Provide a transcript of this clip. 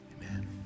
Amen